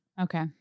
Okay